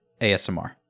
asmr